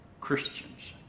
Christians